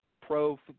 pro